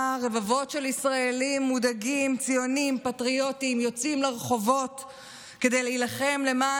טלי גוטליב, אינה